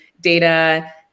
data